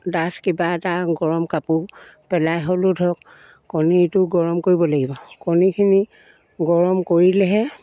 ডাঠ কিবা এটা গৰম কাপোৰ পেলাই হ'লেও ধৰক কণীটো গৰম কৰিব লাগিব কণীখিনি গৰম কৰিলেহে